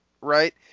Right